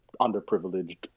underprivileged